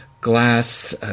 glass